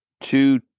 two